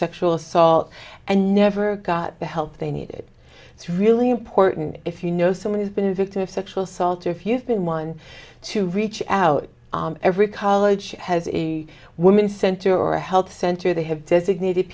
sexual assault and never got the help they needed it's really important if you know someone who's been a victim of sexual assault or if you've been one to reach out every college has a women's center or a health center they have designated